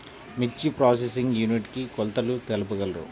మిర్చి processing unit కి కొలతలు తెలుపగలరు?